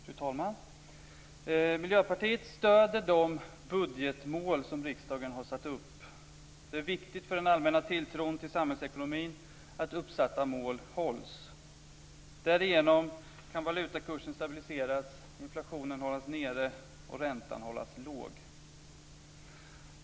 Fru talman! Miljöpartiet stöder de budgetmål som riksdagen har satt upp. Det är viktigt för den allmänna tilltron till samhällsekonomin att man håller fast vid uppsatta mål. Därigenom kan valutakursen stabiliseras, inflationen hållas nere och räntan hållas låg.